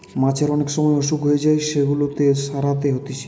মাছের অনেক সময় অসুখ হয়ে যায় সেগুলাকে সারাতে হতিছে